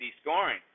scoring